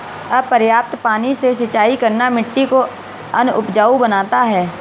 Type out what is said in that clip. अपर्याप्त पानी से सिंचाई करना मिट्टी को अनउपजाऊ बनाता है